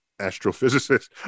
astrophysicist